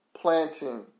planting